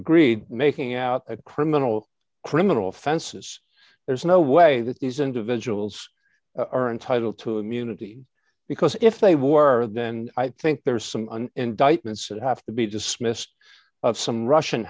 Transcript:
agreed making out a criminal criminal offenses there's no way that these individuals are entitled to immunity because if they were then i think there is some an indictment should have to be dismissed of some russian